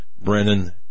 Brennan